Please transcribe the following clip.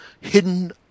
hidden